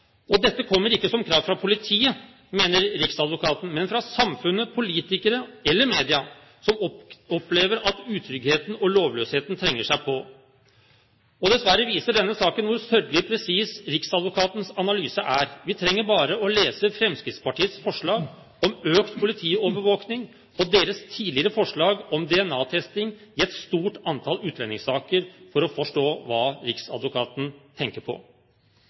nå. Dette kommer ikke som krav fra politiet, mener riksadvokaten, men fra samfunnet, politikere eller media, som opplever at utryggheten og lovløsheten trenger seg på. Dessverre viser denne saken hvor sørgelig presis riksadvokatens analyse er. Vi trenger bare å lese Fremskrittspartiets forslag om økt politiovervåkning og deres tidligere forslag om DNA-testing i et stort antall utlendingssaker for å forstå hva riksadvokaten tenker på.